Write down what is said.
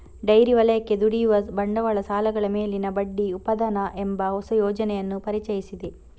dairy ವಲಯಕ್ಕೆ ದುಡಿಯುವ ಬಂಡವಾಳ ಸಾಲಗಳ ಮೇಲಿನ ಬಡ್ಡಿ ಉಪಾದಾನ ಎಂಬ ಹೊಸ ಯೋಜನೆಯನ್ನು ಪರಿಚಯಿಸಿದೆ